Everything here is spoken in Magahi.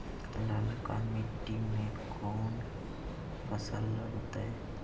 ललका मट्टी में कोन फ़सल लगतै?